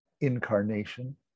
incarnation